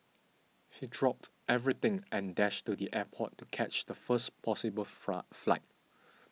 he dropped everything and dashed to the airport to catch the first possible flight